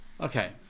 Okay